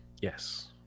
yes